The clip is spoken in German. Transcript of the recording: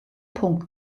punkt